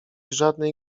żadnej